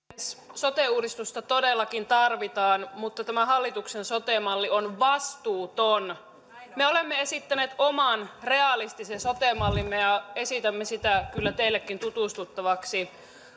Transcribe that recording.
sote uudistusta todellakin tarvitaan mutta tämä hallituksen sote malli on vastuuton me olemme esittäneet oman realistisen sote mallimme ja esitämme sitä kyllä teillekin tutustuttavaksi